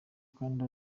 kandi